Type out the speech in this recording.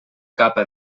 capa